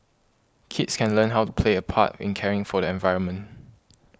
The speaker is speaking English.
kids can learn how to play a part in caring for the environment